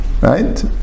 right